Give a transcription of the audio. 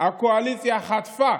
הקואליציה חטפה